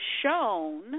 shown